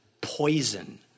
poison